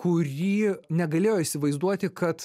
kuri negalėjo įsivaizduoti kad